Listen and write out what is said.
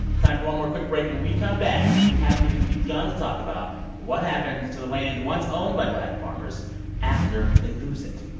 time for one more quick break. when we come back, we haven't even begun to talk about what happens to the land once owned by black farmers after they lose it.